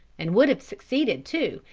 and would have succeeded too,